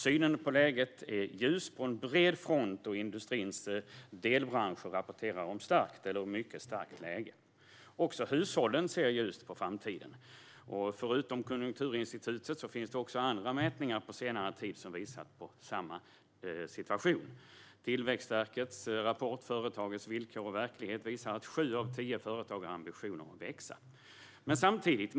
Synen på läget är ljust på en bred front, och industrins delbranscher rapporterar om ett starkt eller mycket starkt läge. Också hushållen ser ljust på framtiden. Förutom Konjunkturinstitutet finns även andra mätningar på senare tid som visar samma situation. Tillväxtverkets rapport Företagens villkor och verklighet 2017 visar att sju av tio företag har ambitioner att växa.